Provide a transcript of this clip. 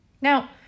Now